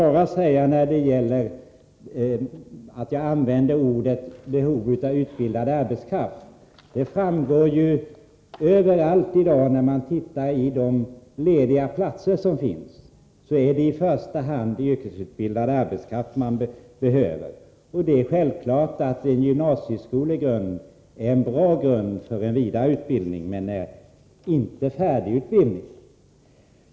Att jag använde uttrycket ”behov av utbildad arbetskraft” berodde på att när man numera läser annonser om lediga platser finner man att det i första hand är yrkesutbildad arbetskraft som söks. Det är självklart att genomgången gymnasieskola är en bra grund för vidare utbildning — man är inte färdigutbildad.